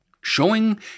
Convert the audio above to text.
Showing